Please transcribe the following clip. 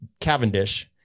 Cavendish